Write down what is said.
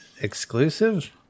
Exclusive